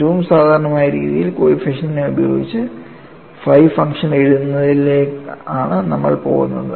ഏറ്റവും സാധാരണമായ രീതിയിൽ കോയിഫിഷൻറെ ഉപയോഗിച്ച് phi ഫംഗ്ഷൻ എഴുതുന്നതിലേക്കാണ് നമ്മൾ പോകുന്നത്